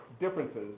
differences